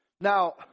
Now